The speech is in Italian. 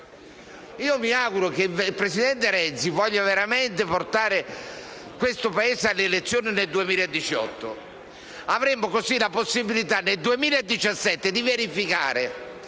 Io mi auguro che il presidente Renzi voglia veramente portare questo Paese alle elezioni nel 2018. Avremmo così la possibilità nel 2017 di verificare